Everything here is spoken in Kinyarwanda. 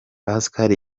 pascal